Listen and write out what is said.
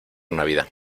navidad